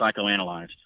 psychoanalyzed